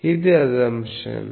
ఇది అసంప్షన్